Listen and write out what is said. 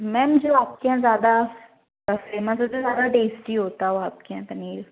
ma'am जो आपके यहाँ ज़्यादा फेमस सब से ज़्यादा टेस्टी होता हो आपके यहाँ पनीर